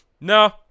no